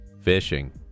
Fishing